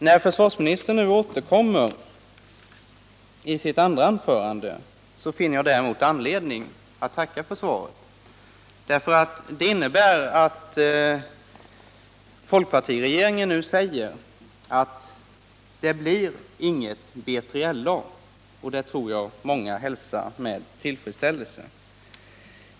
När försvarsministern nu återkommit med ett andra anförande, finner jag däremot anledning att tacka för svaret därför att det innebär att folkpartiregeringen nu säger att det inte blir något B3LA, vilket jag tror att många hälsar med tillfredsställelse.